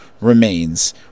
Remains